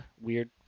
weird